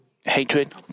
Hatred